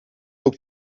ook